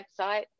website